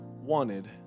wanted